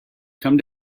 come